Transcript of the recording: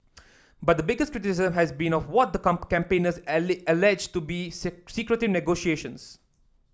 but the biggest criticism has been of what the come campaigners ally allege to be see secretive negotiations